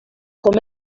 com